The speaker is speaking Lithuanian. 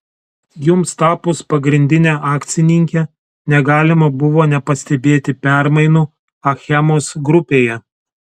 jums tapus pagrindine akcininke negalima buvo nepastebėti permainų achemos grupėje